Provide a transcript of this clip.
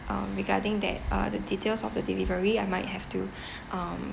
um regarding that uh the details of the delivery I might have to um